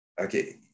Okay